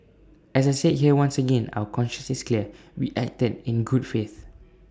as I said here once again our conscience is clear we acted in good faith